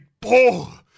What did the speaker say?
Paul